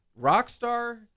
Rockstar